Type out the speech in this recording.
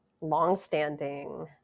longstanding